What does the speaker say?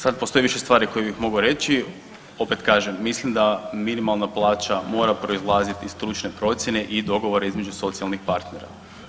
Sad postoji više stvari koje bih mogao reći, opet kažem, mislim da minimalna plaća mora proizlaziti iz stručne procjene i dogovora između socijalnih partnera.